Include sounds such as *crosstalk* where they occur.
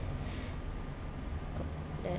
*noise*